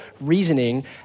reasoning